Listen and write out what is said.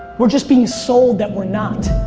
we're just being sold that we're not,